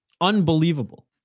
Unbelievable